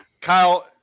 Kyle